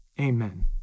Amen